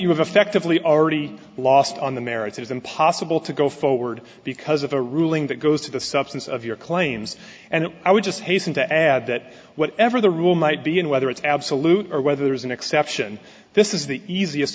effectively already lost on the merits it is impossible to go forward because of a ruling that goes to the substance of your claims and i would just hasten to add that whatever the rule might be and whether it's absolute or whether there is an exception this is the easiest